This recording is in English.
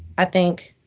i think